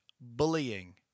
bullying